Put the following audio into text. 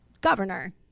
governor